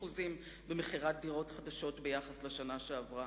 במכירת דירות חדשות ביחס לשנה שעברה.